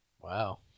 wow